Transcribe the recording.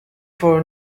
for